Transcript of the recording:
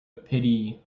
pity